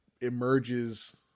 emerges